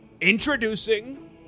Introducing